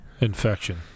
Infection